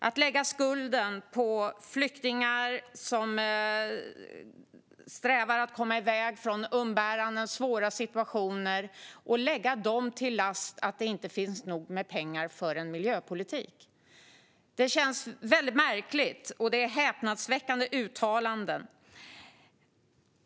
Att lägga skulden på flyktingar som strävar efter att komma bort från umbäranden och svåra situationer och lägga dem till last att det inte finns nog med pengar för en miljöpolitik känns märkligt. Det är häpnadsväckande uttalanden.